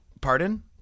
Pardon